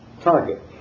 target